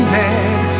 dead